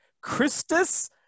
Christus